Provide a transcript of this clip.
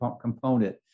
component